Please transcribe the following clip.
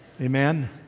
Amen